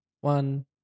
one